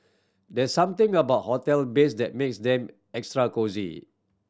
there's something about hotel beds that makes them extra cosy